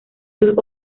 sus